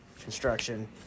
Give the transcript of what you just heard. construction